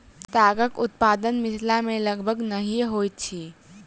तागक उत्पादन मिथिला मे लगभग नहिये होइत अछि